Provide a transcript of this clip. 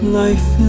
life